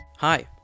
Hi